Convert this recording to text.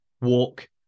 walk